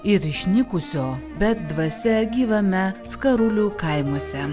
ir išnykusio bet dvasia gyvame skarulių kaimuose